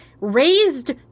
raised